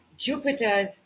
Jupiter's